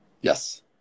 Yes